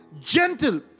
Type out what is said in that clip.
gentle